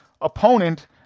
opponent